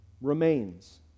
Remains